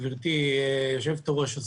גברתי היושבת-ראש,